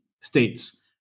states